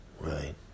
right